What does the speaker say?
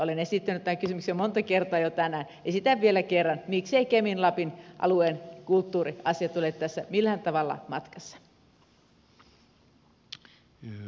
olen esittänyt tämän kysymyksen monta kertaa jo tänään esitän vielä kerran mikseivät kemin lapin alueen kulttuuriasiat ole tässä millään tavalla matkassa